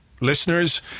listeners